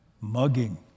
mugging